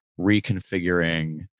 reconfiguring